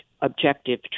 objective